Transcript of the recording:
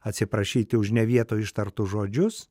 atsiprašyti už ne vietoj ištartus žodžius